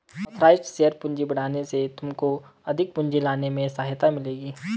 authorised share पूंजी बढ़ाने से तुमको अधिक पूंजी लाने में सहायता मिलेगी